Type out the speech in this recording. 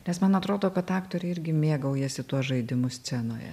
nes man atrodo kad aktoriai irgi mėgaujasi tuo žaidimu scenoje